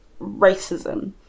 racism